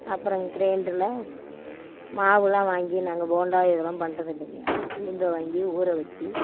அப்புறம் கிரைண்டர்ல மாவுலாம் வாங்கி நாங்கள் போண்டா இதெல்லாம் பண்ணுறது இல்லைங்க உளுந்தை வாங்கி ஊற வச்சு